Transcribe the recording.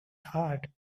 heart